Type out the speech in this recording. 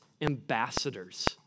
ambassadors